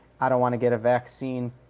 I-don't-want-to-get-a-vaccine